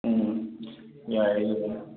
ꯎꯝ ꯌꯥꯏ ꯑꯗꯨꯗꯤ